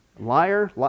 Liar